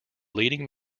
leading